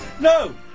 No